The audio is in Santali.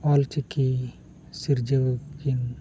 ᱚᱞᱪᱤᱠᱤ ᱥᱤᱨᱡᱟᱹᱣ ᱪᱤᱱ